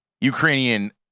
Ukrainian